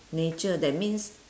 nature that means